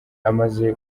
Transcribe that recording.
amaze